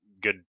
good